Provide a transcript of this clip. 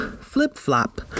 flip-flop